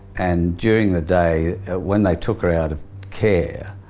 and during the day ah when they took her out of care